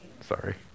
Sorry